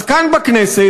אז כאן בכנסת,